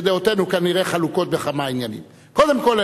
שדעותינו כנראה חלוקות בכמה עניינים: קודם כול,